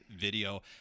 video